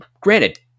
granted